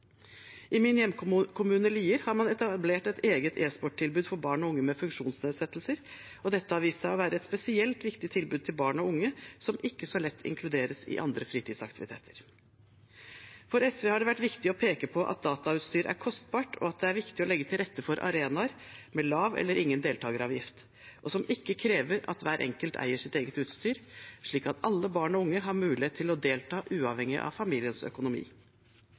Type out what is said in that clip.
I min hjemkommune, Lier, har man etablert et eget e-sporttilbud for barn og unge med funksjonsnedsettelser. Dette har vist seg å være et spesielt viktig tilbud til barn og unge som ikke så lett inkluderes i andre fritidsaktiviteter. For SV har det vært viktig å peke på at datautstyr er kostbart, og at det er viktig å legge til rette for arenaer med lav eller ingen deltakeravgift, og som ikke krever at hver enkelt eier sitt eget utstyr, slik at alle barn og unge har mulighet til å delta, uavhengig av familiens økonomi.